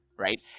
Right